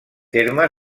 terme